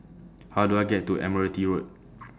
How Do I get to Admiralty Road